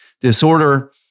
disorder